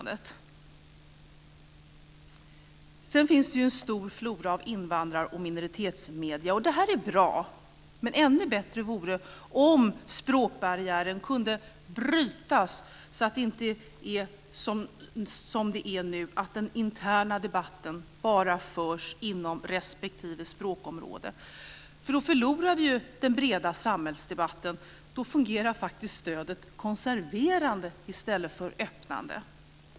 Det finns en stor flora av invandrar och minoritetsmedier. Det är bra. Men ännu bättre vore det om språkbarriären kunde brytas för att det inte ska vara som det nu är, att den interna debatten förs bara inom respektive språkområde. Då förlorar vi den breda samhällsdebatten. Då fungerar stödet faktiskt konserverande i stället för öppnande.